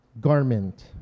Garment